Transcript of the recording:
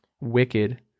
wicked